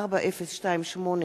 עפו אגבאריה,